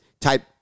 type